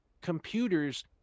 computers